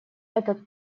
этот